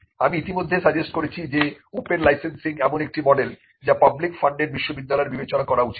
আমি ইতিমধ্যে সাজেস্ট করেছি যে ওপেন লাইসেন্সিং এমন একটি মডেল যা পাবলিক ফান্ডেড বিশ্ববিদ্যালয়ের বিবেচনা করা উচিত